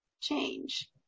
change